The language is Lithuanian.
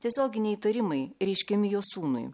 tiesioginiai įtarimai reiškiami jo sūnui